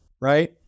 right